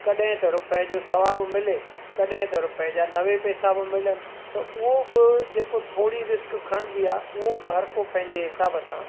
कॾहिं त रुपए जो सवा बि मिले कॾहिं त रुपए जा नवे पैसा बि मिलनि त उहो बि जेको थोरी रिस्क खणिबी आहे उहो बि हर को पंहिंजे हिसाब सां